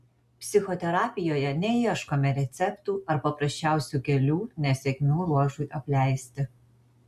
psichoterapijoje neieškome receptų ar paprasčiausių kelių nesėkmių ruožui apleisti